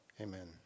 Amen